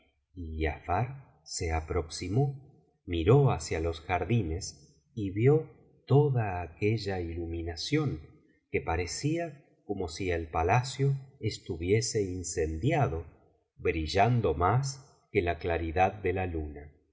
giafar se aproximó miró hacia los jardines y vio toda aquella iluminación que parecía como si el palacio estuviese incendiado brillando más que la claridad de la luna